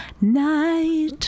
night